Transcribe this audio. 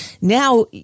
now